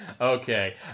Okay